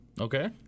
Okay